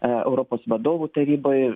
europos vadovų taryboj